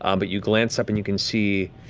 um but you glance up, and you can see